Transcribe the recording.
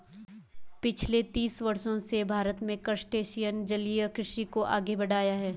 पिछले तीस वर्षों से भारत में क्रस्टेशियन जलीय कृषि को आगे बढ़ाया है